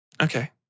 Okay